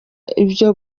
ibyo